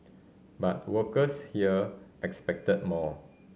but workers here expected more